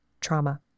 trauma